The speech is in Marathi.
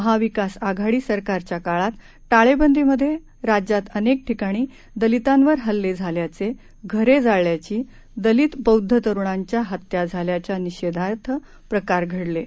महाविकास आघाडी सरकारच्या काळात टाळेबंदीमधे राज्यात अनेक ठिकाणी दलितांवर हल्ले झाल्याचे घरे जाळल्याचे दलित बौद्ध तरुणांच्या हत्या झाल्याचे निषेधार्ह प्रकार घडलेत